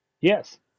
yes